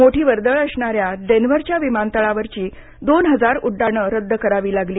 मोठी वर्दळ असणाऱ्या डेन्व्हरच्या विमानतळावरची दोन हजार उड्डाणं रद्द करावी लागली